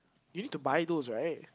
you need to buy those right